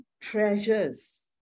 treasures